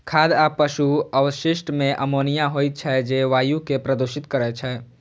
खाद आ पशु अवशिष्ट मे अमोनिया होइ छै, जे वायु कें प्रदूषित करै छै